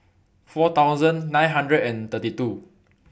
four thousand nine hundred and thirty two